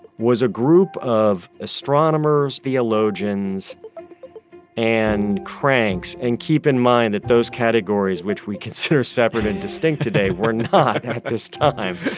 was a group of astronomers, theologians and cranks, and keep in mind that those categories which we consider separate and distinct today, were not at this time.